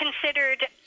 considered